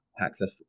access